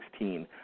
2016